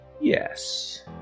Yes